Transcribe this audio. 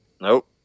Nope